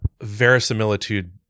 verisimilitude